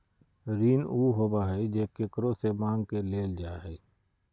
ऋण उ होबा हइ जे केकरो से माँग के लेल जा हइ